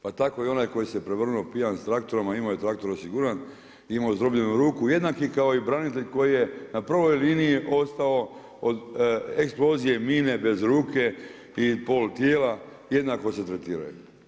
Pa tko i onaj koji se prevrnuo pijan sa traktorom a imao je traktor osiguran, imao zdrobljenu ruku jednaki kao i branitelj koji je na prvoj liniji ostao od eksplozije i mine bez ruke i pol tijela, jednako se tretiraju.